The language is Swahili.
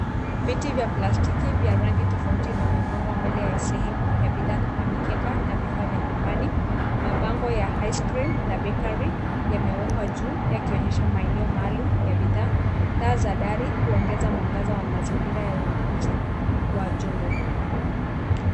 Viti vya plastiki vya rangi tofauti vimepangwa mbele ya sehemu ya bidhaa kama mikeka na vifaa vya nyumbani, mabango ya ice cream na bakery yamewekwa juu yakionyesha maeneo maalum ya bidhaa. Taa za dari hiongeza mwangaza wa mazingira ya ununuzi kwa jumla.